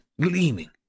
gleaming